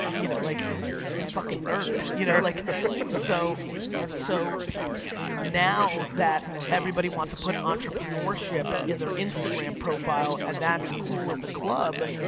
you know like fucking nerd. you know like so so now that everybody wants to put entrepreneurship in their instagram profile and that's cool in the club,